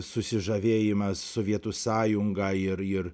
susižavėjimas sovietų sąjunga ir ir